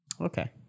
Okay